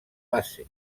base